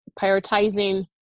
prioritizing